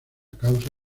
causa